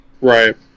Right